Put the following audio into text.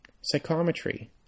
psychometry